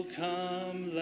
come